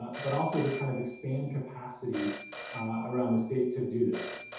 but also to kind of expand capacity around the state to do this.